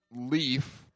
leaf